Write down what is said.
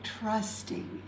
trusting